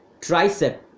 tricep